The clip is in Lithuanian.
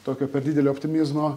tokio per didelio optimizmo